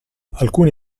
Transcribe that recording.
alcuni